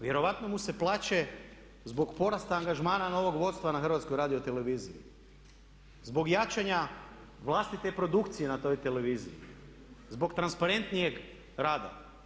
Vjerojatno mu se plače zbog porasta angažmana novog vodstva na HRT-u, zbog jačanja vlastite produkcije na toj televiziji, zbog transparentnijeg rada.